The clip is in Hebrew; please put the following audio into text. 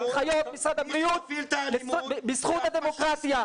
הנחיות משרד הבריאות בזכות הדמוקרטיה.